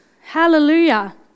Hallelujah